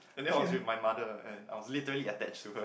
and that was with my mother and I was literally attached to her